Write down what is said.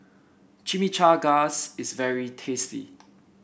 Chimichangas is very tasty